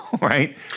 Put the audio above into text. right